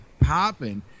popping